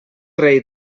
rei